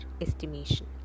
estimation